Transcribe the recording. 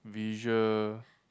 visual